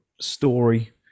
story